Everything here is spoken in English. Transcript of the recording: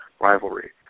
rivalry